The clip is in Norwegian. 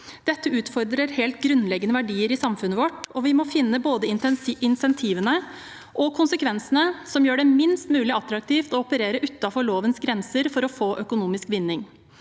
Dette utfordrer helt grunnleggende verdier i samfunnet vårt, og vi må finne både insentivene og konsekvensene som gjør det minst mulig attraktivt å operere utenfor lovens grenser for å få økonomisk vinning.